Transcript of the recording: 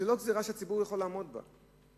זאת לא גזירה שהציבור יכול לעמוד בה,